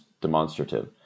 demonstrative